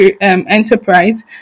enterprise